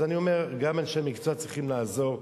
אז אני אומר, גם אנשי מקצוע צריכים לעזור.